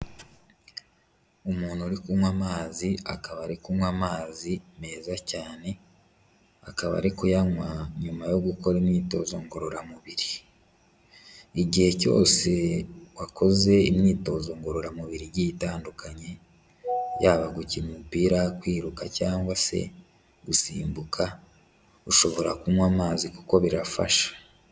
Umuntu uri kunywa amazi akaba ari kunywa amazi meza cyane, akaba ari kuyanywa nyuma yo gukora imyitozo ngororamubiri. Igihe cyose wakoze imyitozo ngororamubiri igiye itandukanye yaba gukina umupira, kwiruka cyangwa se gusimbuka, ushobora kunywa amazi kuko birafasha.